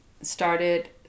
started